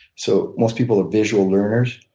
so most people are visual learners.